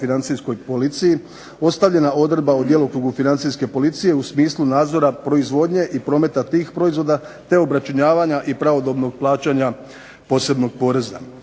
financijskoj policiji ostavljena odredba o djelokrugu Financijske policije u smislu nadzora, proizvodnje i prometa tih proizvoda, te obračunavanja i pravodobnog plaćanja posebnog poreza.